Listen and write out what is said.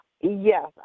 Yes